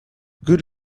good